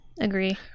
agree